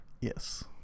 yes